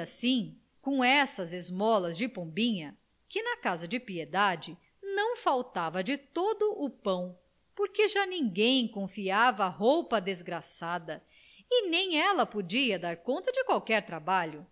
assim com essas esmolas de pombinha que na casa de piedade não faltava de todo o pão porque já ninguém confiava roupa à desgraçada e nem ela podia dar conta de qualquer trabalho